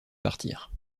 partir